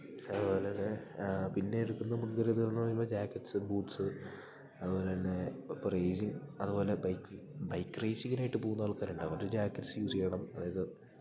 അതുപോലെ തന്നെ പിന്നെ എടുക്കുന്ന മുൻകരുതല് എന്ന് പറയുമ്പോൾ ജാക്കറ്റ്സ് ബൂട്സ് അതുപോലെ തന്നെ ഒപ്പം റയ്ജിങ് അതുപോലെ ബൈക്ക് ബൈക്ക് റേസിങ്ങിനായിട്ട് പോവുന്ന ആൾക്കാരുണ്ടാവും അവർ ജാക്കറ്റ്സ് യൂസ് ചെയ്യണം അതായത്